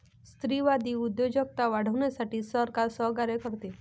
स्त्रीवादी उद्योजकता वाढवण्यासाठी सरकार सहकार्य करते